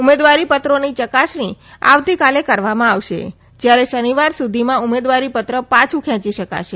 ઉમેદવારીપત્રોની ચકાસણી આવતીકાલે કરવામાં આવશે જ્યાર શનિવાર સુધીમાં ઉમેદવારીપત્ર પાછું ખેંચી શકાશે